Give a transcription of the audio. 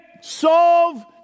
Solve